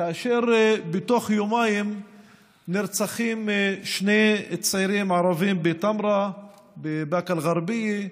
כאשר בתוך יומיים נרצחים שני צעירים ערבים בטמרה ובבאקה אל-גרבייה,